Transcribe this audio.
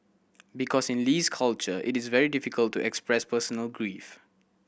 because in Lee's culture it is very difficult to express personal grief